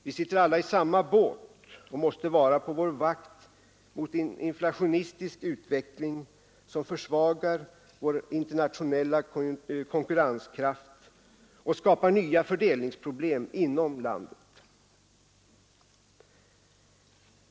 Vi sitter alla i samma båt och måste vara på vår vakt mot en inflationistisk utveckling som försvagar vår internationella konkurrenskraft och skapar nya fördelningsproblem inom landet.